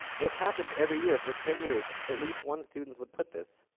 it happened every year for ten years at least one student would put this.